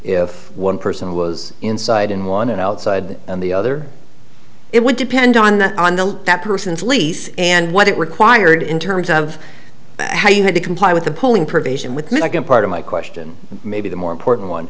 if one person was inside in one and outside the other it would depend on the on the that person's lease and what it required in terms of how you had to comply with the pulling provision with me i can part of my question maybe the more important one